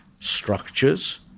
structures